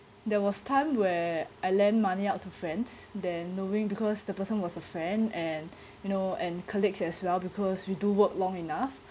there was time where I lent money out to friends that knowing because the person was a friend and you know and colleagues as well because we do work long enough